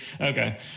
Okay